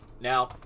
Now